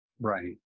Right